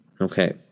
Okay